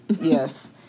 yes